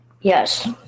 Yes